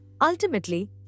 Ultimately